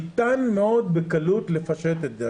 ניתן מאוד בקלות לפשט את זה.